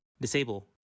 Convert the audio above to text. Disable